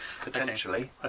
potentially